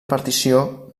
partició